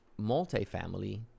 multifamily